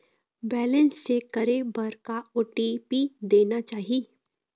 Balance check करे बर का ओ.टी.पी देना चाही?